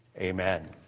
Amen